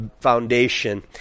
foundation